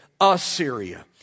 Assyria